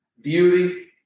beauty